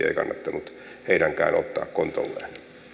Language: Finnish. ei kannattanut heidänkään ottaa kontolleen